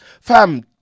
fam